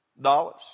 dollars